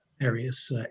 various